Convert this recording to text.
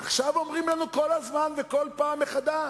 עכשיו אומרים לנו כל הזמן וכל פעם מחדש,